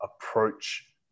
approach